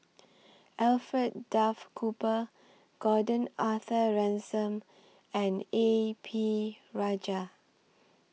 Alfred Duff Cooper Gordon Arthur Ransome and A P Rajah